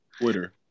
Twitter